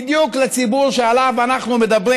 בדיוק לציבור שעליו אנחנו מדברים.